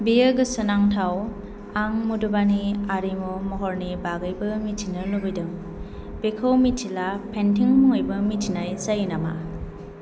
बेयो गोसोनांथाव आं मधुबानि आरिमु महरनि बागैबो मिथिनो लुबैदों बेखौ मिथिला पेन्टिं मुङैबो मिथिनाय जायो नामा